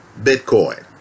Bitcoin